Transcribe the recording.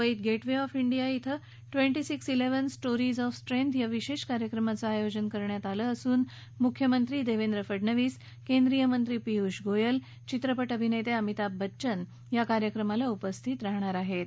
मुंबईत gate way of India इथं twenty six eleven stories of strength या विशेष कार्यक्रमांचं आयोजन करण्यात आलं असून मुख्यमंत्री देवेंद्र फडणवीस केंद्रीय मंत्री पियूष गोयल चित्रपट अभिनेते अमिताभ बच्चन या कार्यक्रमाला उपस्थित राहणार आहेत